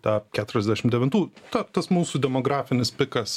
tą keturiasdešim devintų ta tas mūsų demografinis pikas